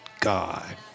God